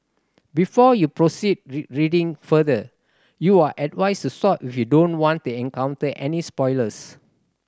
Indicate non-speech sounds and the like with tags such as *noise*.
before you proceed *unintelligible* reading further you are advised to stop if you don't want to encounter any spoilers